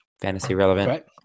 fantasy-relevant